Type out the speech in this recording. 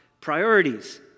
priorities